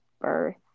Birth